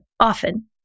often